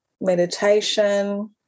meditation